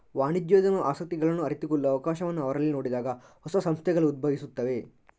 ವಾಣಿಜ್ಯೋದ್ಯಮ ಆಸಕ್ತಿಗಳನ್ನು ಅರಿತುಕೊಳ್ಳುವ ಅವಕಾಶವನ್ನು ಅವರಲ್ಲಿ ನೋಡಿದಾಗ ಹೊಸ ಸಂಸ್ಥೆಗಳು ಉದ್ಭವಿಸುತ್ತವೆ